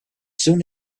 soon